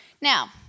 Now